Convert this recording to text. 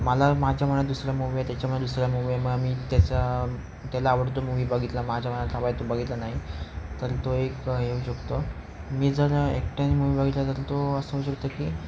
मला माझ्या मनात दुसरा मूवी आहे त्याच्यामुळे दुसरा मूवी मग मी त्याचा त्याला आवडतो मूवी बघितला माझ्या मनात हवा तो बघितला नाही तर तो एक हे होऊ शकतो मी जर एकट्याने मूवी बघितला तर तो असं होऊ शकतं की